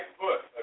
foot